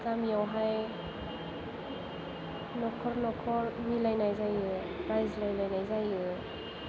गामियावहाय न'खर न'खर मिलायनाय जायो रायज्लायलायनाय जायो